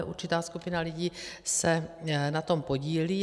Určitá skupina lidí se na tom podílí.